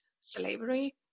slavery